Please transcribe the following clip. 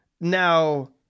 Now